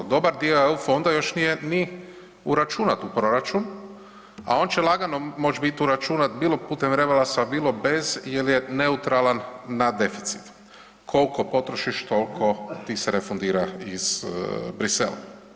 Dobar dio eu fonda još nije ni uračunat u proračun, a on će lagano moć bit uračunat bilo putem rebalansa, bilo bez jel je neutralan na deficit, koliko potrošiš toliko se refundira iz Bruxellesa.